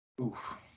Oof